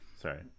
sorry